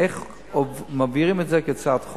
איך מעבירים את זה כהצעת חוק.